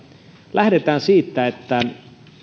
lähdetään siitä että